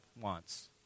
wants